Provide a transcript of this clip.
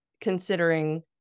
considering